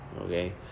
okay